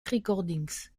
recordings